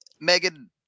Megan